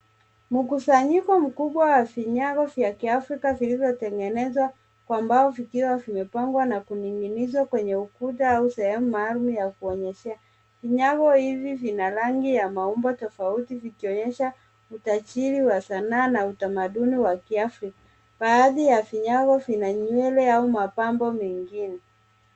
Mkusanyiko mkubwa wa vinyago vya kiafrika vilivyo tengenezwa kwa mbao vikiwa vimepangwa na kuning'inizwa kwenye ukuta au sehemu maalum ya kuonyeshea. Vinyagi hivi vina rangi ya mambo tofauti vikionyesha utajiri wa sanaa na utamaduni wa kiafrika. Baadhi ya vinyago vina nywele au mapambo mengine.